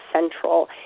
central